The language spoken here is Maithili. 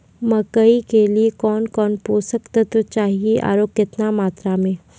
मकई के लिए कौन कौन पोसक तत्व चाहिए आरु केतना मात्रा मे?